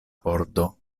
pordo